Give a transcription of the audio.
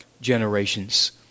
generations